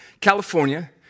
California